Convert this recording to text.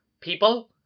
people